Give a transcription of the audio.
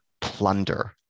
Plunder